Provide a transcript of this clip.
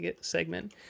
segment